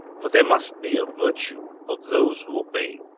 for there must be a virtue of those who obey,